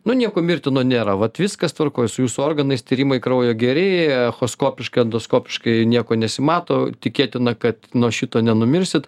nu nieko mirtino nėra vat viskas tvarkoj su jūsų organais tyrimai kraujo geri echoskopiškai endoskopiškai nieko nesimato tikėtina kad nuo šito nenumirsit